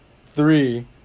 three